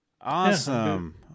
awesome